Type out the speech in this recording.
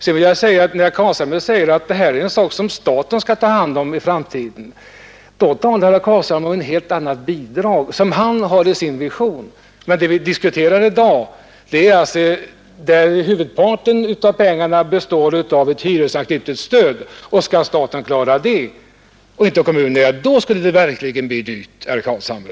Herr Carlshamre säger att det här är en sak som staten skall ta hand om i framtiden. Då talar herr Carlshamre om ett helt annat bidrag, som förekommer i hans vision. Det vi diskuterar i dag är ett system där huvudparten av pengarna består av ett hyresanknutet stöd. Skall staten klara det i stället för kommunerna, då skulle det verkligen bli dyrt, herr Carlshamre.